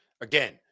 Again